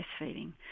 breastfeeding